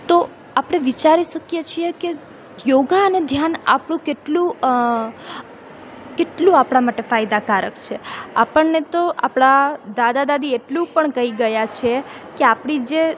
તો આપણે વિચારી શકીએ છીએ કે યોગ અને ધ્યાન આપણું કેટલું કેટલું આપણાં માટે ફાયદાકારક છે આપણને તો આપણાં દાદા દાદી એટલું પણ કહી ગયાં છે કે આપણી જે